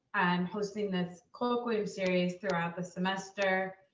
hosting this colloquium series throughout the semester.